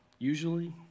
Usually